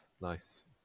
nice